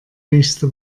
nächste